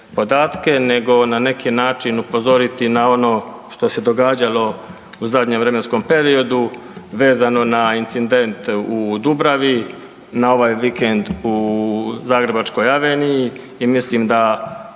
nego na neki način upozoriti na ono što se događalo u zadnjem vremenskom periodu vezano na incident u Dubravi i na ovaj vikend u Zagrebačkoj aveniji i mislim da